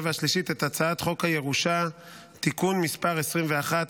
והשלישית את הצעת חוק הירושה (תיקון מס' 21),